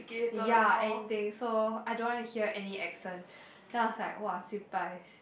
ya and they 说 I don't want to hear any accent then I was like !wah!